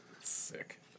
Sick